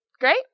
Great